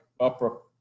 upper